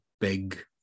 big